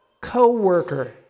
co-worker